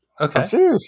Okay